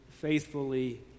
faithfully